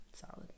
Solid